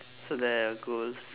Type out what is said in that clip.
so they're your goals